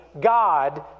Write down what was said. God